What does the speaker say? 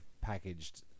packaged